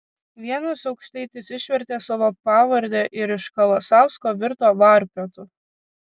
vienas aukštaitis išvertė savo pavardę ir iš kalasausko virto varpiotu